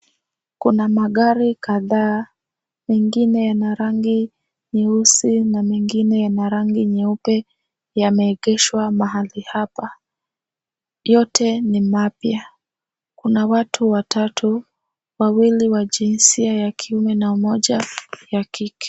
Kuna magari kadhaa, mengine yana rangi nyeusi na mengine yana rangi nyeupe yameegeshwa hapa. Yote ni mapya. Kuna watu watatu, wawili wa jinsia ya kiume na mmoja ya kike.